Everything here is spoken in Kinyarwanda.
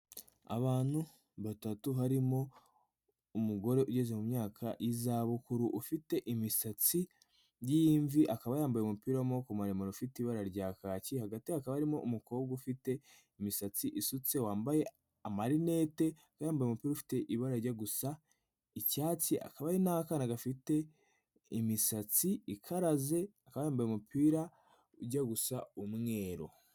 Abantu batatu, harimo umugore ugeze mu myaka y'izabukuru, ufite imisatsi y'imvi, akaba yambaye umupira w'amaboko muremare ufite ibara rya kaki, hagati hakaba harimo umukobwa ufite imisatsi isutse, wambaye amarinete, akaba yambaye umupira ufite ibara rijya gusa icyatsi, hakaba hari n'akana gafite imisatsi ikaraze akaba yambaye umupira ujya gusa umweru.